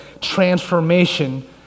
transformation